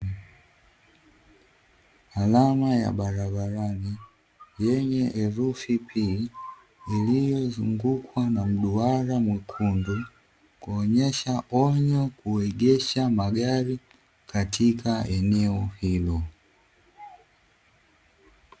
Alama ya barabarani yenye herufi (P) iliyozungukwa na mduara mwekundu, kuonyesha onyo kuegesha magari katika eneo hilo.